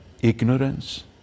ignorance